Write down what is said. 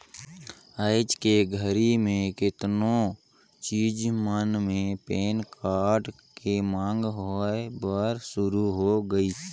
आयज के घरी मे केतनो चीच मन मे पेन कारड के मांग होय बर सुरू हो गइसे